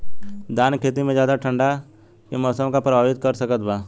धान के खेती में ज्यादा ठंडा के मौसम का प्रभावित कर सकता बा?